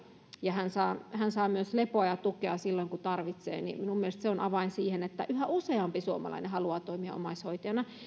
ja hän saa hän saa myös lepoa ja tukea silloin kun tarvitsee minun mielestäni se on avain siihen että yhä useampi suomalainen haluaa toimia omaishoitajana